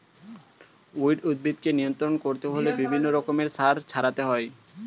weed উদ্ভিদকে নিয়ন্ত্রণ করতে হলে বিভিন্ন রকমের সার ছড়াতে হয়